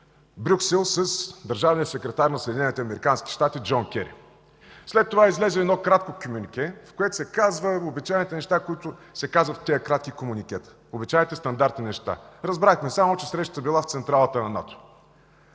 Брюксел с държавния секретар на Съединените американски щати Джон Кери. След това излезе кратко комюнике, в което се казват обичайните неща, които се казват в тези кратки комюникета – обичайните стандартни неща. Разбрахме само, че срещата е била в централата на НАТО.